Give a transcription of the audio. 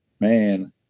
Man